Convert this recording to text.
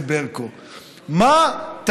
את